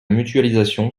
mutualisation